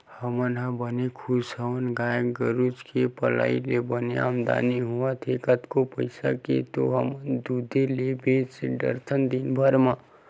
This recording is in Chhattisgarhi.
हमन ह बने खुस हवन गाय गरुचा के पलई ले बने आमदानी होवत हे कतको पइसा के तो हमन दूदे ल बेंच डरथन दिनभर म